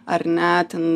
ar ne ten